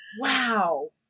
Wow